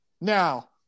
Now